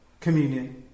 communion